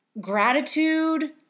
gratitude